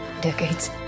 Decades